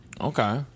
Okay